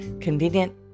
convenient